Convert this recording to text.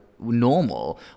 normal